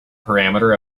parameter